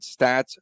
stats